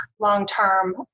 long-term